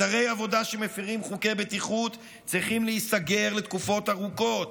אתרי עבודה שמפירים חוקי בטיחות צריכים להיסגר לתקופות ארוכות.